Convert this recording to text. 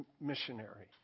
missionary